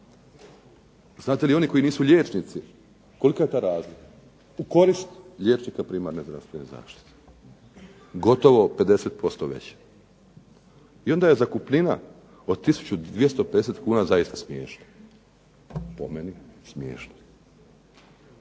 Znate li oni koji nisu liječnici kolika je ta razlika u korist liječnika primarne zdravstvene zaštite? Gotovo 50% veća. I onda je zakupnina od 1250 kuna zaista smiješna, po meni smiješna.